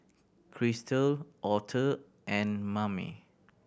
Kristal Arthur and Mame